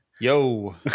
Yo